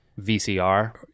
VCR